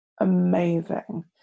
amazing